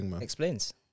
explains